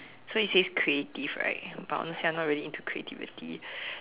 so it says creative right but honestly I'm not really into creativity